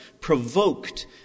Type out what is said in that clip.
provoked